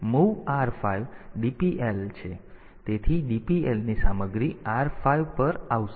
તેથી MOV R5DPL છે તેથી DPLની સામગ્રી R5 પર આવશે